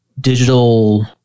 digital